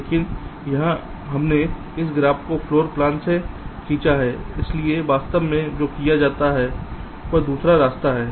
लेकिन यहां हमने इस ग्राफ को फ्लोर प्लान से खींचा है लेकिन वास्तव में जो किया जाता है वह दूसरा रास्ता है